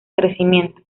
crecimiento